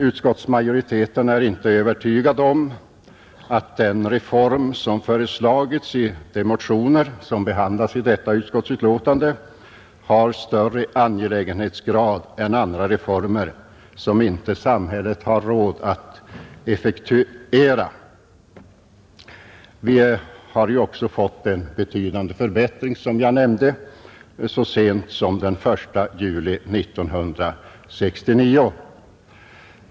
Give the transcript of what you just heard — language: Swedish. Utskottsmajoriteten är inte övertygad om att den reform som har förslagits i de motioner som behandlas i detta utskottsbetänkande har större angelägenhetsgrad än andra reformer som samhället inte har råd att effektuera. Vi har ju också fått en betydande förbättring, som jag nämnde, så sent som den 1 juli 1969.